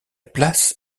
place